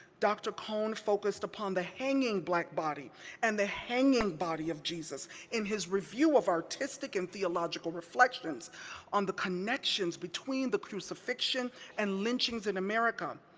dr. cone focused upon the hanging black body and the hanging body of jesus in his review of artistic and theological reflections on the connections between the crucifixion and lynchings in america.